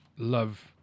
love